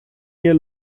wir